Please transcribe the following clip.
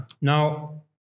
Now